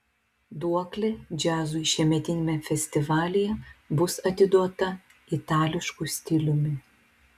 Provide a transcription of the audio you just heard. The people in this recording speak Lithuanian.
duoklė džiazui šiemetiniame festivalyje bus atiduota itališku stiliumi